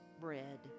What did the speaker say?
bread